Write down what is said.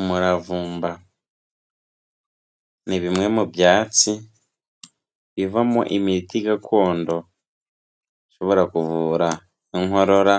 Umuravumba ni bimwe mu byatsi bivamo imiti gakondo, ishobora kuvura inkorora,